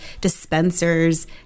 dispensers